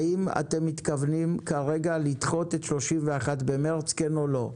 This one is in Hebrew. האם אתם מתכוונים כרגע לדחות את 31 במרץ כן או לא?